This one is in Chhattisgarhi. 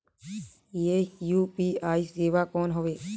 ये यू.पी.आई सेवा कौन हवे?